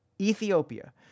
Ethiopia